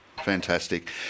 Fantastic